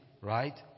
right